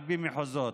לפי מחוזות.